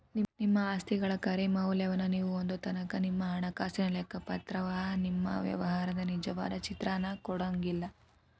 ನಿಮ್ಮ ಆಸ್ತಿಗಳ ಖರೆ ಮೌಲ್ಯವನ್ನ ನೇವು ಹೊಂದೊತನಕಾ ನಿಮ್ಮ ಹಣಕಾಸಿನ ಲೆಕ್ಕಪತ್ರವ ನಿಮ್ಮ ವ್ಯವಹಾರದ ನಿಜವಾದ ಚಿತ್ರಾನ ಕೊಡಂಗಿಲ್ಲಾ